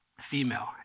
female